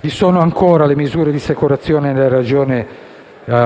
Vi sono poi misure di rassicurazione nella regione